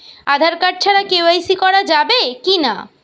Aadhaar card ছাড়া KYC করা যাবে কি না?